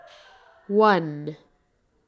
one